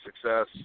success